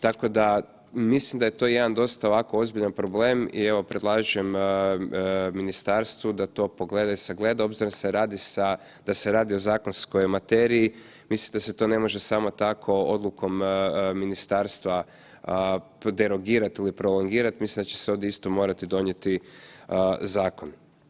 Tako da, mislim da je to jedan dosta ovako ozbiljan problem i evo predlažem ministarstvu da to pogleda i sagleda obzirom da se radi o zakonskoj materiji, mislim da se to ne može samo tako odlukom ministarstva derogirati ili prolongirati, mislim da će se ovdje isto morati donijeti zakon.